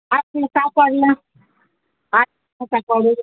ஹாஸ்டல்லில் சாப்பாடுலாம் ஹாஸ்டல் சாப்பாடு